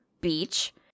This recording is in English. Beach